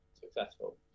successful